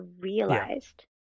realized